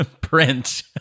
print